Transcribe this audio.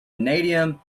vanadium